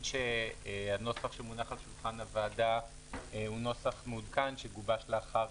הנוסח שמונח על שולחן הוועדה הוא נוסח מעודכן שגובש לאחר